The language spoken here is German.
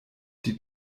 die